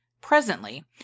Presently